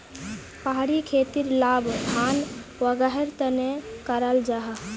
पहाड़ी खेतीर लाभ धान वागैरहर तने कराल जाहा